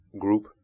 Group